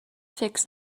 fix